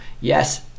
yes